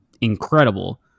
incredible